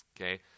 okay